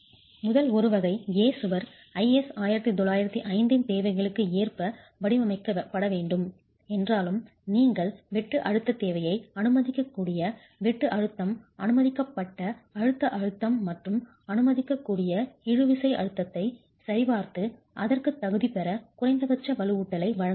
முதல் ஒரு வகை A சுவர் IS 1905 இன் தேவைகளுக்கு ஏற்ப வடிவமைக்கப்பட வேண்டும் என்றாலும் நீங்கள் வெட்டு அழுத்தத் தேவையை அனுமதிக்கக்கூடிய வெட்டு அழுத்தம் அனுமதிக்கப்பட்ட அழுத்த அழுத்தம் மற்றும் அனுமதிக்கக்கூடிய இழுவிசை அழுத்தத்தை சரிபார்த்து அதற்குத் தகுதிபெற குறைந்தபட்ச வலுவூட்டலை வழங்குவீர்கள்